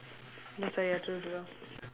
jurong